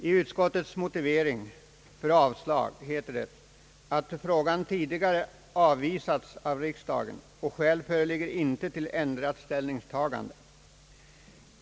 I utskottets motivering för avslag heter det att frågan tidigare avvisats av riksdagen och att skäl inte föreligger till ändrat ståndpunktstagande.